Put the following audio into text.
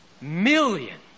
Millions